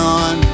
on